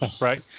Right